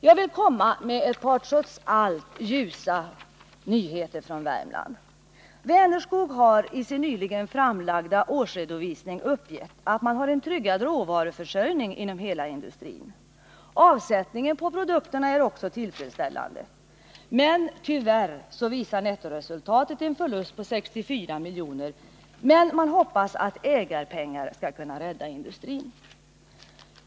Jag vill också komma med ett par trots allt ljusa nyheter från Värmland. Vänerskog har i sin nyligen framlagda årsredovisning uppgett att man har en tryggad råvaruförsörjning inom hela industrin. Avsättningen på produkterna är också tillfredsställande. Tyvärr visar nettoresultatet en förlust på 64 milj.kr., men man hoppas att ägarpengar skall kunna rädda industrin.